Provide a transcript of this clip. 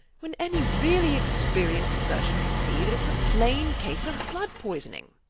when any really experienced surgeon can see that it's a plain case of blood-poisoning.